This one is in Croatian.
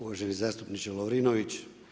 Uvaženi zastupniče Lovrinović.